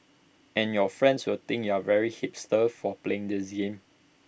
and your friends will think you are very hipster for playing this game